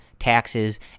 Taxes